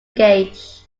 gauge